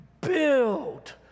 build